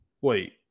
wait